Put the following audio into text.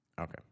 Okay